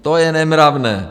To je nemravné!